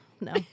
no